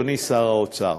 אדוני שר האוצר.